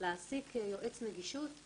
להשיג כרטיסים